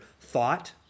thought